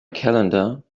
calendar